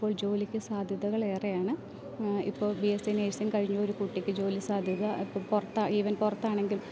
ഇപ്പോൾ ജോലിക്ക് സാധ്യതകൾ ഏറെയാണ് ഇപ്പോൾ ബി എസ് സി നേഴ്സിങ് കഴിഞ്ഞൊരു കുട്ടിക്ക് ജോലി സാധ്യത ഇപ്പം പുറത്ത് ഈവൻ പുറത്താണെങ്കിൽ